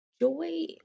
joy